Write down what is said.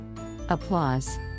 Applause